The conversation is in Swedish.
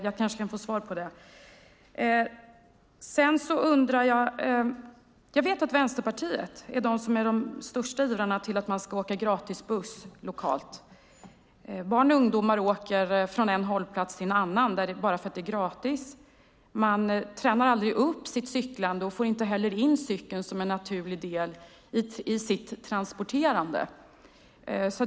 Jag vet att Vänsterpartiet är de största ivrarna för att man ska få åka buss gratis lokalt. Barn och ungdomar åker från en hållplats till en annan bara för att det är gratis. Man tränar aldrig upp sitt cyklande och har inte cykeln som en naturlig del i sitt transporterande.